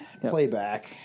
Playback